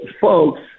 folks